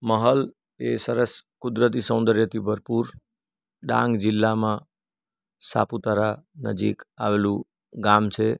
મહલ એ સરસ કુદરતી સૌંદર્ય ભરપૂર ડાંગ જિલ્લામાં સાપુતારા નજીક આવેલું ગામ છે